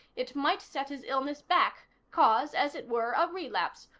it might set his illness back cause, as it were, a relapse.